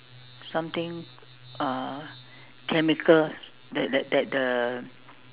something uh chemical that that the